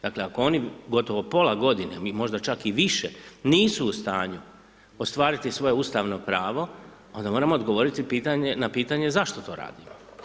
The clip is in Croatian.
Dakle, ako oni, gotovo pola godine, mi možda čak i više, nisu u stanju ostvariti svoje ustavno pravo, onda moramo odgovoriti na pitanje zašto to radimo?